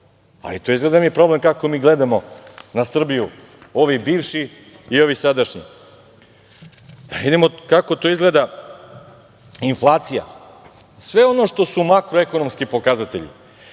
ali to je izgleda problem kako mi gledamo na Srbiju, ovi bivši i ovi sadašnji. Da vidimo kako to izgleda inflacija, sve ono što su makroekonomski pokazatelji